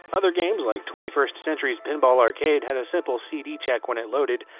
other games like twenty first century's pinball arcade had a simple cd check when it loaded.